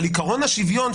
על עיקרון השוויון,